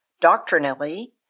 Doctrinally